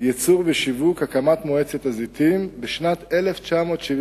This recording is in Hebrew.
(ייצור ושיווק) (הקמת מועצת הזיתים) בשנת 1976,